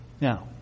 Now